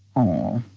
oh,